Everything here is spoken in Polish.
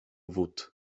wód